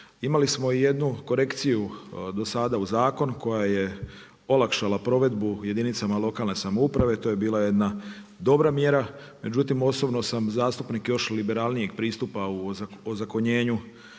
Imali smo i jednu korekciju do sada u zakon, koja je olakšala provedbu jedinicama lokalne samouprave, to je bila jedna dobra mjera, međutim osobno sam zastupnik još liberalnijeg pristupa ozakonjenju